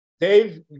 Dave